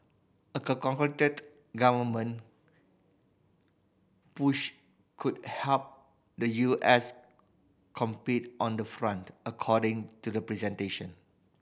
a concerted government push could help the U S compete on the front according to the presentation